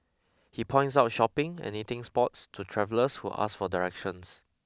he points out shopping and eating spots to travellers who ask for directions